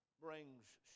brings